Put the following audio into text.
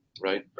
Right